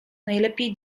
najlepiej